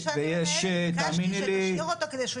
ביקשתי להביע את דעתי.